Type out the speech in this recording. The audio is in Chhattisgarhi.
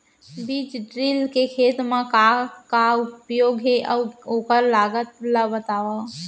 बीज ड्रिल के खेत मा का उपयोग हे, अऊ ओखर लागत ला बतावव?